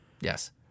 Yes